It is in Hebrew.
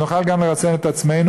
נוכל גם לרסן את עצמנו,